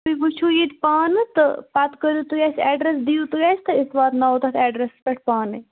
تُہۍ وُچھِو ییٚتہِ پانہٕ تہٕ پَتہٕ کٔرِو تُہۍ اَسہِ ایٚڈرس دِیِو تُہۍ اَسہِ تہٕ أسۍ واتناوَو تَتھ ایٚڈرسَس پیٚٹھ پانے